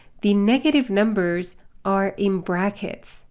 the negative numbers are in brackets.